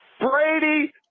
Brady